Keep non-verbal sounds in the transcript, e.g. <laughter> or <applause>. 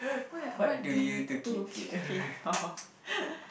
what ya what do you do <laughs>